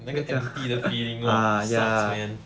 那个 empty 的 feeling sucks man